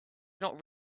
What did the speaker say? not